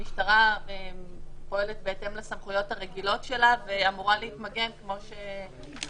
המשטרה פועלת בהתאם לסמכויות הרגילות שלה ואמורה להתמגן כמו שצריך.